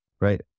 right